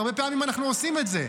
הרבה פעמים אנחנו עושים את זה,